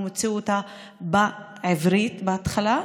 הוא מוציא אותה בעברית בהתחלה,